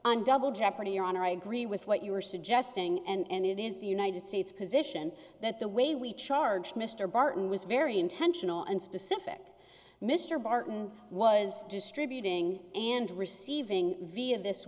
and double jeopardy your honor i agree with what you were suggesting and it is the united states position that the way we charged mr barton was very intentional and specific mr barton was distributing and receiving via this